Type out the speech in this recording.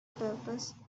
purpose